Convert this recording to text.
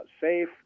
safe